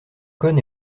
conne